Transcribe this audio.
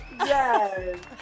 Yes